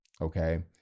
Okay